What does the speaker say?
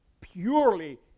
purely